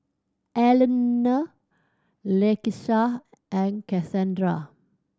Alannah Lakeisha and Kasandra